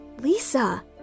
Lisa